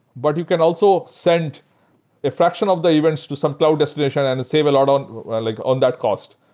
but you can also send a fraction of the events to some cloud destination and save a lot on like on that cost.